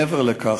מעבר לכך,